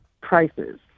prices